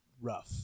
rough